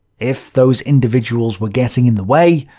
if those individuals were getting in the way,